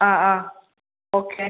ആ ആ ഓക്കെ